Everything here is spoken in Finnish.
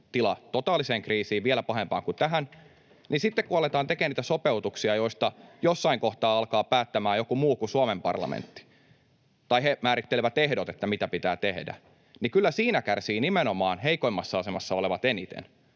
tila totaaliseen kriisiin, vielä pahempaan kuin tähän, niin sitten kun aletaan tekemään niitä sopeutuksia, joista jossain kohtaa alkaa päättämään joku muu kuin Suomen parlamentti — tai he määrittelevät ehdot, mitä pitää tehdä — niin kyllä siinä kärsivät nimenomaan heikoimmassa asemassa olevat eniten.